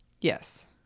Yes